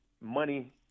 money –